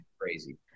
crazy